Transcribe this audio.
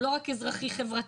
הוא לא רק אזרחי חברתי.